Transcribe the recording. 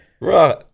Right